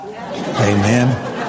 Amen